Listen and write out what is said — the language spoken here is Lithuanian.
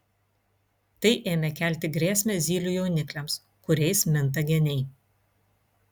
tai ėmė kelti grėsmę zylių jaunikliams kuriais minta geniai